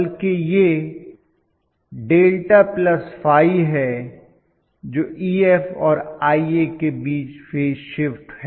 बल्कि यह δϕ है जो Ef और Ia के बीच फेज शिफ्ट है